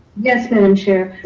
yes, ma'am chair.